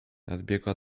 nadbiegła